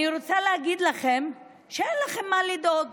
אני רוצה להגיד לכם שאין לכם מה לדאוג,